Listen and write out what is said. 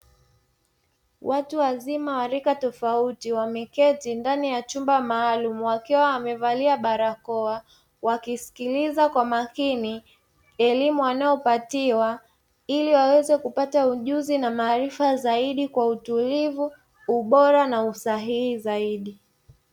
Watu wazima waalika tofauti wameketi ndani ya chumba maalumu, wakiwa wamevaliwa barakoa, wakisikiliza kwa makini elimu wanayopatiwa ili waweze kupata ujuzi na maarifa zaidi kwa utulivu, ubora na usahihi zaidi.